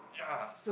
ya